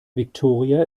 victoria